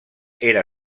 era